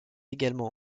également